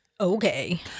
Okay